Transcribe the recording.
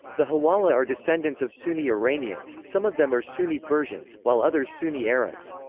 the huwala are descendants of sunni iranians some of them are sunni persians, while others sunni arabs.